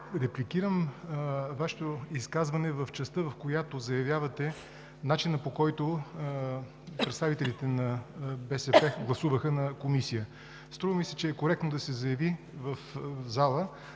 репликирам Вашето изказване в частта, в която заявявате начина, по който представителите на БСП гласуваха в Комисията. Струва ми се, че е коректно да се заяви в залата,